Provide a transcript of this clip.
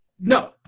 No